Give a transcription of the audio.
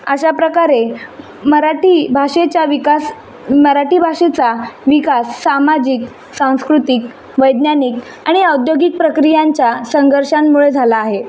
अशा प्रकारे मराठी भाषेच्या विकास मराठी भाषेचा विकास सामाजिक सांस्कृतिक वैज्ञानिक आणि औद्योगिक प्रक्रियांच्या संघर्षांमुळे झाला आहे